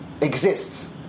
exists